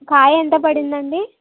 కాయి ఎంత పడిందండి